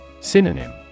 Synonym